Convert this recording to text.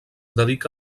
dedica